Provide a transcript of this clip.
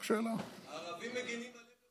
הערבים מגינים על ליברמן.